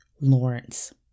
Lawrence